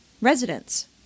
residents